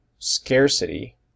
scarcity